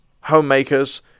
homemakers